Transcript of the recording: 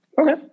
okay